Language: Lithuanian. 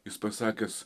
jis pasakęs